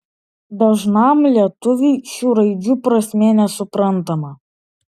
dažnam lietuviui šių raidžių prasmė nesuprantama